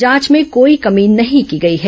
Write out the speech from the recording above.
जांच में कोई कमी नहीं की गई है